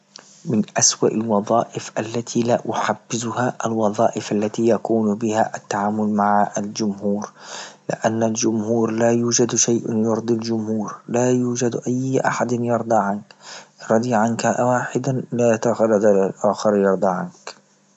من اسوأ الوظائف التي لا احبزها الوظائف التي يكون بها التعامل مع الجمهور، لآن الجمهور لا يوجد شيء يرضي الجمهور، لا يوجد أي أحد يرضى عنك، رضي عنك واحدا لا الأخر يرضى عنك.